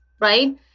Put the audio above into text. right